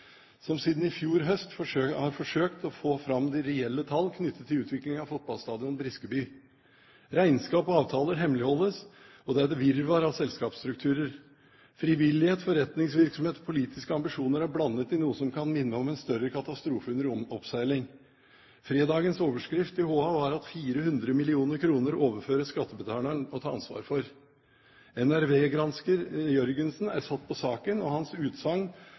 som siden i fjor høst har forsøkt å få fram de reelle tall knyttet til utvikling av fotballstadion Briskeby. Regnskap og avtaler hemmeligholdes, og det er et virvar av selskapsstrukturer. Frivillighet, forretningsvirksomhet og politiske ambisjoner er blandet i noe som kan minne om en større katastrofe under oppseiling. Fredagens overskrift i HA var at 400 mill. kr overføres skattebetalerne å ta ansvar for. NRV-gransker Jørgensen er satt på saken, og hans utsagn